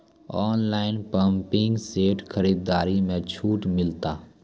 Online pumping set खरीदारी मे छूट मिलता?